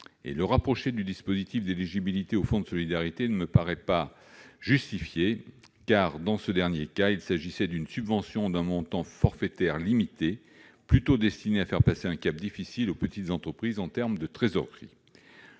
Rapprocher ce dispositif du critère d'éligibilité au Fonds de solidarité ne me paraît pas justifié, car, dans ce dernier cas, il s'agissait d'une subvention d'un montant forfaitaire limitée, plutôt destinée à faire passer un cap difficile aux petites entreprises en termes de trésorerie.